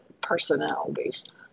personalities